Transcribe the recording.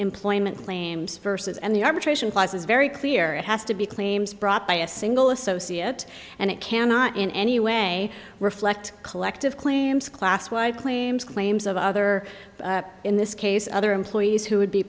employment claims versus and the arbitration clause is very clear it has to be claims brought by a single associate and it cannot in any way reflect collective claims class wide claims claims of other in this case other employees who would be